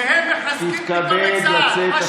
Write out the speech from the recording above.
והם מחזקים פתאום את צה"ל.